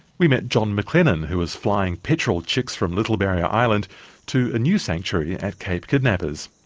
we met john mclennan who was flying petrel chicks from little barrier island to a new sanctuary at cape kidnappers.